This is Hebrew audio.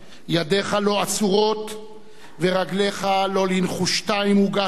ידֶךָ לא אסורות ורגליך לא לנחשתים הוגשו,